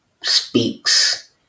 speaks